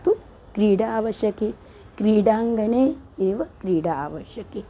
तु क्रीडा आवश्यकी क्रीडाङ्गणे एव क्रीडा आवश्यकी